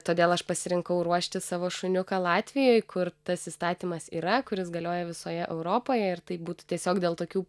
todėl aš pasirinkau ruošti savo šuniuką latvijoj kur tas įstatymas yra kuris galioja visoje europoje ir tai būtų tiesiog dėl tokių